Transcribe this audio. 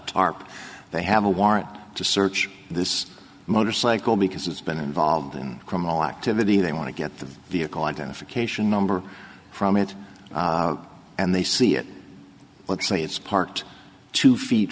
tarp they have a warrant to search this motorcycle because it's been involved in criminal activity they want to get the vehicle identification number from it and they see it let's say it's parked two feet